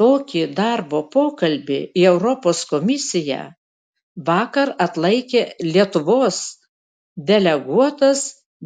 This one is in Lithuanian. tokį darbo pokalbį į europos komisiją vakar atlaikė lietuvos deleguotas